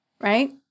right